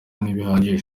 ntibihagije